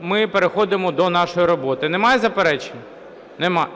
ми переходимо до нашої роботи. Немає заперечень? Немає.